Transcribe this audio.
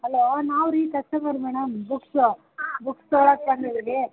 hello ನಾವು ರೀ customer madam books books ತೊಗೊಳಕ್ಕೆ ಬಂದಿದ್ದೀವಿ